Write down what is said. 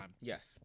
Yes